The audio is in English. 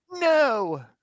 No